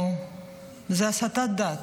זו הסחת דעת.